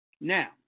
Now